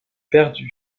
perdu